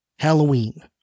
Halloween